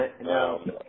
no